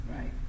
Right